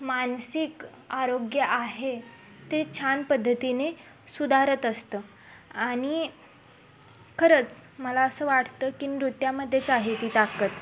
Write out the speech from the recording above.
मानसिक आरोग्य आहे ते छान पद्धतीने सुधारत असतं आणि खरंच मला असं वाटतं की नृत्यामध्येच आहे ती ताकद